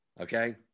Okay